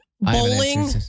bowling